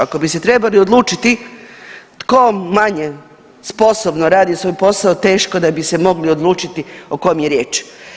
Ako bi se trebali odlučiti tko manje sposobno radi svoj posao, teško da bi se mogli odlučiti o kom je riječ.